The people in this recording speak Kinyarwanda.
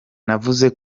navuze